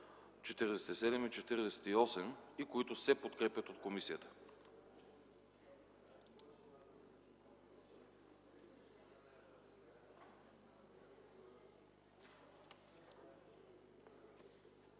47 и 48 и се подкрепят от комисията.